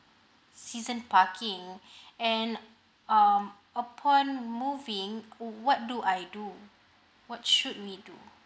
season parking and um upon moving what do I do what should we do